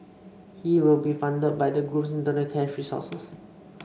he will be funded by the group's internal cash resources